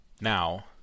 Now